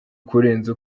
kurenza